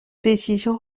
décision